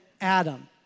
Adam